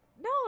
No